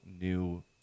new